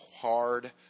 hard